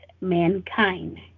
mankind